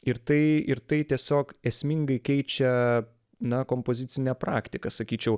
ir tai ir tai tiesiog esmingai keičia na kompozicinę praktiką sakyčiau